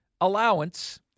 allowance